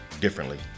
differently